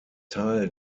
teil